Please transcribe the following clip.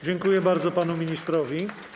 Dziękuję bardzo panu ministrowi.